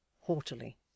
haughtily